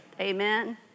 Amen